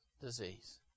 disease